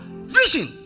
vision